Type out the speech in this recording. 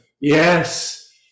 Yes